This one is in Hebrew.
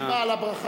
כשאני בא על הברכה,